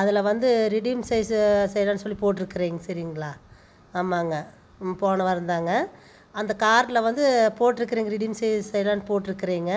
அதுல வந்து redeem size செய்றோன்னு சொல்லி போட்ருக்கிறீங்க சரிங்களா ஆமாங்க ம் போன வாரம்தாங்க அந்த கார்டில் வந்து போட்ருக்கிறீங்க ரிடிம் சைஸ் செய்றோன்னு போட்ருக்கிறீங்க